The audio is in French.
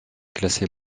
classée